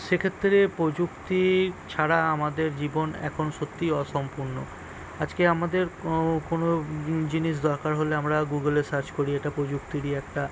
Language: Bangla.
সেক্ষেত্রে প্রযুক্তি ছাড়া আমাদের জীবন এখন সত্যিই অসম্পূর্ণ আজকে আমাদের কোনো জিনিস দরকার হলে আমরা গুগলে সার্চ করি এটা প্রযুক্তিরই একটা